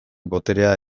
boterea